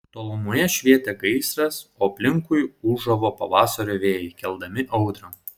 tolumoje švietė gaisras o aplinkui ūžavo pavasario vėjai keldami audrą